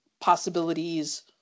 possibilities